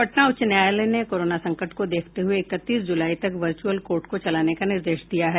पटना उच्च न्यायालय ने कोरोना संकट को देखते हुए इकतीस जुलाई तक वर्चुअल कोर्ट को चलाने का निर्देश दिया है